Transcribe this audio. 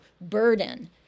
burden